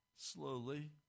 Slowly